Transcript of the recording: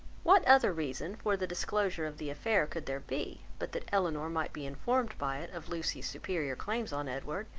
what other reason for the disclosure of the affair could there be, but that elinor might be informed by it of lucy's superior claims on edward,